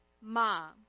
Mom